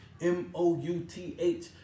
M-O-U-T-H